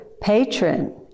patron